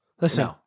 Listen